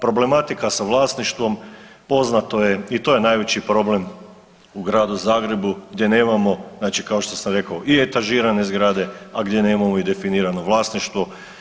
Problematika sa vlasništvom poznato je i to je najveći problem u Gradu Zagrebu gdje nemamo kao što sam rekao i etažirane zgrade, a gdje nemamo definirano vlasništvo.